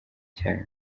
cyane